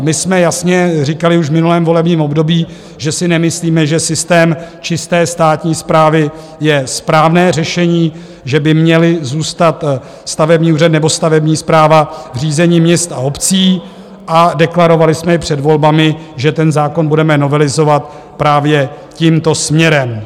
My jsme jasně říkali už v minulém volebním období, že si nemyslíme, že systém čisté státní správy je správné řešení, že by měly zůstat stavební úřady nebo stavební správa v řízení měst a obcí, a deklarovali jsme i před volbami, že ten zákon budeme novelizovat právě tímto směrem.